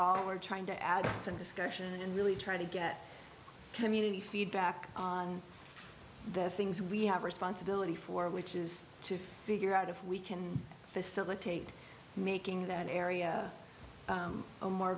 we're trying to add to that discussion and really try to get community feedback the things we have responsibility for which is to figure out if we can facilitate making that area a more